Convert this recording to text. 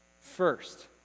First